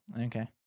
okay